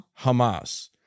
Hamas